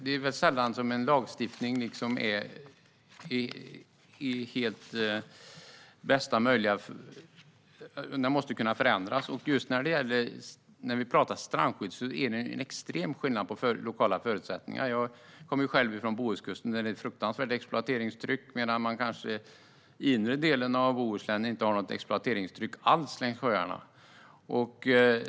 Det är sällan en lagstiftning är helt och hållet den bästa möjliga, och den måste kunna förändras. Just när vi talar om strandskydd är det en extrem skillnad på lokala förutsättningar. Jag kommer själv från Bohuskusten, där det är ett enormt stort exploateringstryck. Men i den inre delen av Bohuslän kanske man inte har något exploateringstryck alls längs sjöarna.